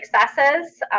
successes